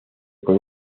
con